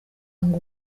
ngo